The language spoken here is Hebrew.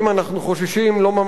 לא ממש משתדל,